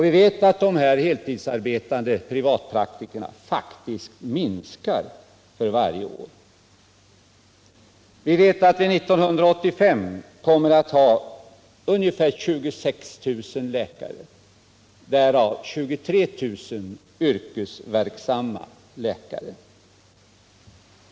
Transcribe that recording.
Vi vet också att antalet heltidsarbetande privatpraktiker faktiskt minskar varje år. År 1985 kommer vi att ha ungefär 26 000 läkare, därav 23 000 yrkesverksamma läkare.